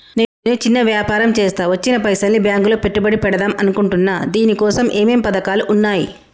నేను చిన్న వ్యాపారం చేస్తా వచ్చిన పైసల్ని బ్యాంకులో పెట్టుబడి పెడదాం అనుకుంటున్నా దీనికోసం ఏమేం పథకాలు ఉన్నాయ్?